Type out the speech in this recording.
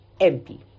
MP